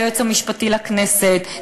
היועץ המשפטי לכנסת,